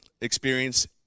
experience